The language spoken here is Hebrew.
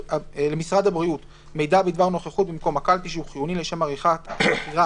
למשרד הבריאות מידע בדבר נוכחות במקום הקלפי שהוא חיוני לשם עריכת חקירה